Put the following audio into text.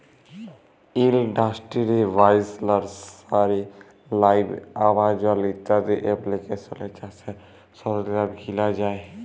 industry বাইশ, nursery live, Amazon ইত্যাদি এপ্লিকেশলে চাষের সরল্জাম কিলা যায়